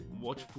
watch